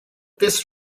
this